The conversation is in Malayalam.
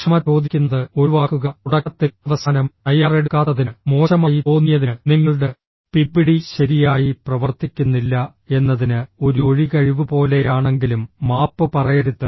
ക്ഷമ ചോദിക്കുന്നത് ഒഴിവാക്കുക തുടക്കത്തിൽ അവസാനം തയ്യാറെടുക്കാത്തതിന് മോശമായി തോന്നിയതിന് നിങ്ങളുടെ പിപിടി ശരിയായി പ്രവർത്തിക്കുന്നില്ല എന്നതിന് ഒരു ഒഴികഴിവ് പോലെയാണെങ്കിലും മാപ്പ് പറയരുത്